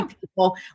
people